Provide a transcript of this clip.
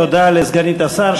תודה לסגנית השר.